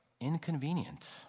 inconvenient